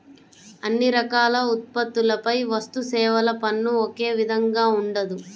అన్ని రకాల ఉత్పత్తులపై వస్తుసేవల పన్ను ఒకే విధంగా ఉండదు